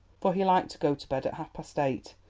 for he liked to go to bed at half-past eight,